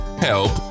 Help